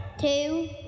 Two